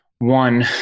one